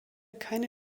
keine